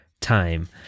time